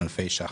אלפי שקלים.